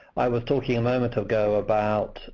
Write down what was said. i was talking a moment ago about